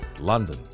London